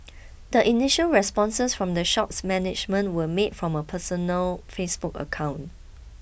the initial responses from the shop's management were made from a personal Facebook account